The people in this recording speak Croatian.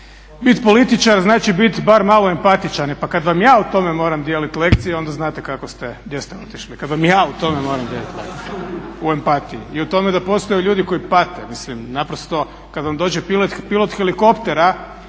bit političar znači bit par malo empatičan. E pa kad vam ja o tome moram dijelit lekcije onda znate gdje ste otišli, kad vam ja o tome moram dijelit lekcije, o empatiji i o tome da postoje ljudi koji pate. Mislim naprosto kad vam dođe pilot helikoptera,